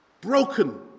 Broken